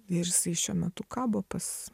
jisai šiuo metu kabo pas